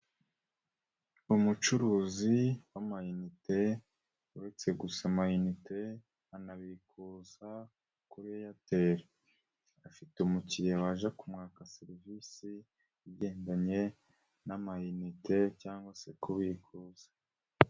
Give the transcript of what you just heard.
Umucuruzi w'amayinite uretse gu gusa amayinite, anabikuza kuri Airtel. Afite umukiriya waje kumwaka serivisi igendanye n'amayinite cyangwa se kubikuza.